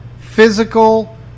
physical